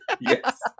Yes